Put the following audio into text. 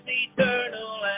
eternal